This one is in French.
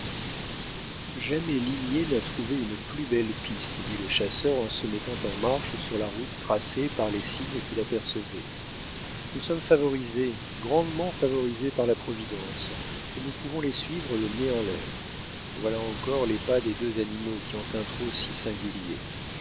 jamais limier n'a trouvé une plus belle piste dit le chasseur en se mettant en marche sur la route tracée par les signes qu'il apercevait nous sommes favorisés grandement favorisés par la providence et nous pouvons les suivre le nez en l'air voilà encore les pas des deux animaux qui ont un trot si singulier